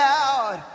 out